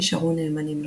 נשארו נאמנים לו.